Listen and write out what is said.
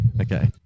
Okay